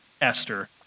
Esther